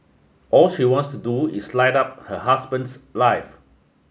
all she wants to do is light up her husband's life